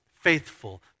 faithful